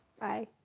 Bye